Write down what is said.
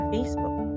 Facebook